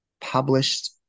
published